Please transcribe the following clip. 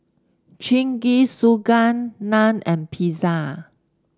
Jingisukan Naan and Pizza